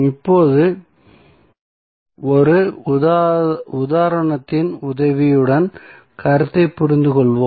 இப்போது ஒரு உதாரணத்தின் உதவியுடன் கருத்தை புரிந்துகொள்வோம்